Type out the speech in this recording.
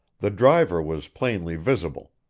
the driver was plainly visible,